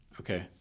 Okay